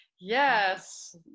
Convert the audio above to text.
yes